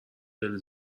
خیلی